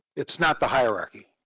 it's not the hierarchy,